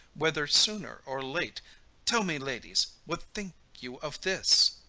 whether sooner or late tell me, ladies, what think you of this?